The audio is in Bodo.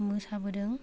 मोसाबोदों